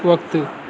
वक़्तु